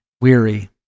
weary